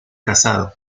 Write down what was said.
casado